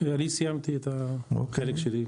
אני סיימתי את החלק שלי.